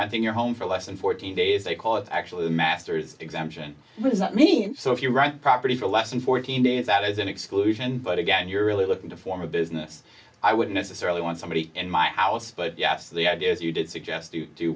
think your home for less than fourteen days i call it actually the masters exemption does that mean so if you write property for less than fourteen days that is an exclusion but again you're really looking to form a business i wouldn't necessarily want somebody in my house but yes the idea as you did suggest to do